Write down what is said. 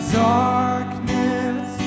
darkness